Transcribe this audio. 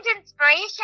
inspiration